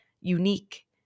unique